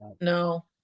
no